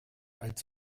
als